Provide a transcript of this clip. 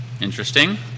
Interesting